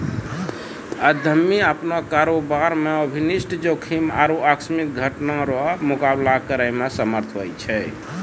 उद्यमी अपनो कारोबार मे अनिष्ट जोखिम आरु आकस्मिक घटना रो मुकाबला करै मे समर्थ हुवै छै